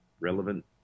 relevant